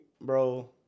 bro